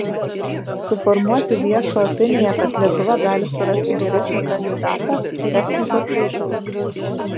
suformuoti viešą opiniją kad lietuva gali surasti geresnį kandidatą technikos reikalas